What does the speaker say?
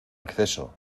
acceso